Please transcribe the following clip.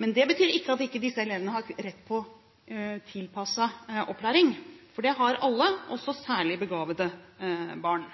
Men det betyr ikke at disse elevene vi snakker om ikke har rett til tilpasset opplæring, for det har alle, også særlig begavede barn.